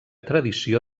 tradició